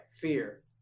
fear